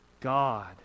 god